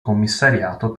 commissariato